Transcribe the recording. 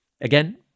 Again